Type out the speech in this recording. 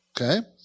Okay